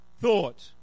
thought